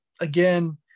Again